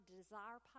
desire